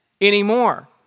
anymore